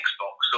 Xbox